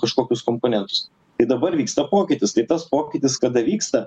kažkokius komponentus tai dabar vyksta pokytis tai tas pokytis kada vyksta